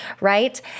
Right